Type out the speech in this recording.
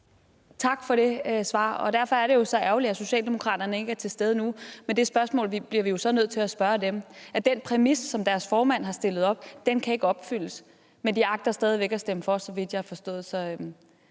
Tak for det svar, og derfor er det jo så ærgerligt, at Socialdemokratiet ikke er til stede nu, men det spørgsmål bliver vi så nødt til at stille dem og sige, at den præmis, som deres formand har stillet op, ikke kan opfyldes. Men de agter stadig væk at stemme for, så vidt jeg har forstået,